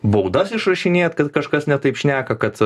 baudas išrašinėt kad kažkas ne taip šneka kad